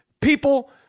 People